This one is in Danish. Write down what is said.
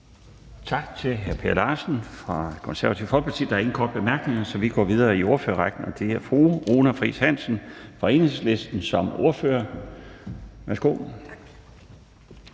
Tak til hr. Per Larsen fra Det Konservative Folkeparti. Der er ingen korte bemærkninger, så vi går videre i ordførerrækken, og det er fru Runa Friis Hansen fra Enhedslisten som ordfører. Værsgo.